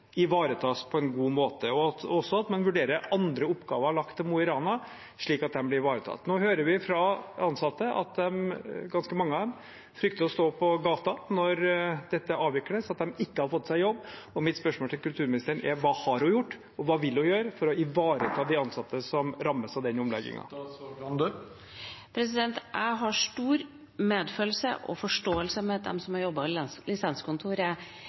ivaretas på en god måte, og også at man vurderer andre oppgaver lagt til Mo i Rana, slik at de blir ivaretatt. Nå hører vi fra ansatte at ganske mange av dem frykter å stå på gata når dette avvikles, og at de ikke har fått seg jobb, og mitt spørsmål til kulturministeren er: Hva har hun gjort og hva vil hun gjøre for å ivareta de ansatte som rammes av denne omleggingen? Jeg har stor medfølelse med og forståelse for at de som har